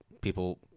people